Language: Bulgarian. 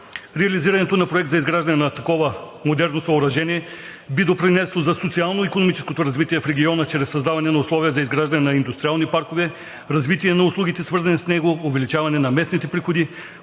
Реализирането на проект за изграждане на такова модерно съоръжение би допринесло за социално-икономическото развитие в региона чрез създаване на условия за изграждане на индустриални паркове, развитие на услугите, свързани с него, увеличаване на местните приходи,